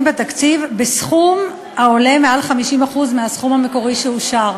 בתקציב בסכום העולה על 50% מהסכום המקורי שאושר.